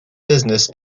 business